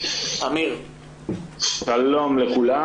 שלום לכולם.